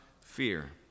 fear